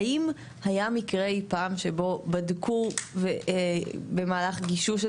האם היה מקרה אי פעם שבו בדקו במהלך גישוש את